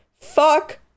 Fuck